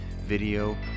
video